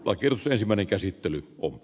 oikeus totesi menen käsittely ovat